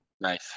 Nice